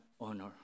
honor